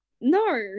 No